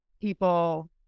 people